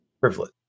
privilege